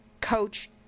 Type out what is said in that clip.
coach